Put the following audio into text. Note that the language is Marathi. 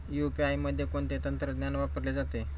यू.पी.आय मध्ये कोणते तंत्रज्ञान वापरले जाते?